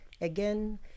Again